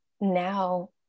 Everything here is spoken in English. now